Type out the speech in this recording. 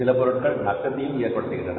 சில பொருட்கள் நஷ்டத்தையும் ஏற்படுத்துகின்றன